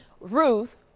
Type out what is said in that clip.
Ruth